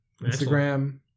Instagram